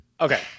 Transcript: okay